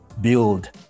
build